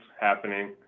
happening